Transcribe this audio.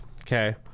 okay